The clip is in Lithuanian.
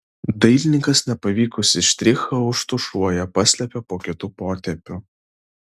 dailininkas nepavykusį štrichą užtušuoja paslepia po kitu potėpiu